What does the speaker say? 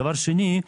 דבר שני,